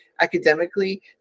academically